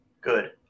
Good